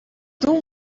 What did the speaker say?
donc